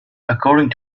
according